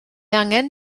angen